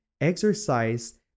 exercise